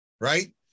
right